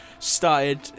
started